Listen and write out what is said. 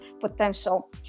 potential